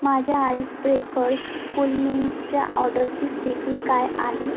माझ्या Ice Breakers कूलमिंट्सच्या ऑडरची स्थिती काय आहे